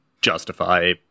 justify